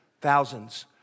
Thousands